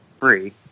free